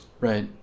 Right